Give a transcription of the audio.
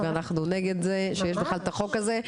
ואנחנו נגד זה שיש בכלל את החוק הזה,